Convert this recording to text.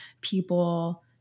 people